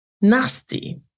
nasty